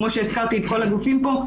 כמו שהזכרתי את כל הגופים פה,